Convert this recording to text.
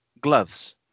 gloves